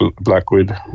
Blackwood